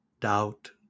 doubt